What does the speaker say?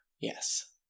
Yes